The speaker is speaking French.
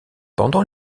pendant